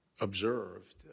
observed